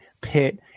pit